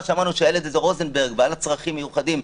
שמענו שהילד הזה רוזנברג בעל הצרכים המיוחדים,